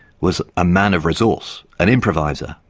was a man of resource, an improviser,